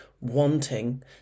wanting